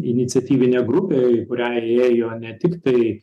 iniciatyvinė grupė į kurią įėjo ne tik tai